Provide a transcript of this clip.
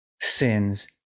sins